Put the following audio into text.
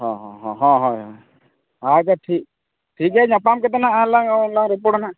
ᱦᱚᱸ ᱦᱚᱸ ᱦᱚᱸ ᱦᱚᱸ ᱦᱚᱸ ᱟᱪᱪᱷᱟ ᱴᱷᱤᱠ ᱴᱷᱤᱠᱜᱮᱭᱟ ᱧᱟᱯᱟᱢ ᱠᱟᱛᱮ ᱱᱟᱜ ᱞᱟᱝ ᱨᱚᱯᱚᱲᱟ ᱱᱟᱜ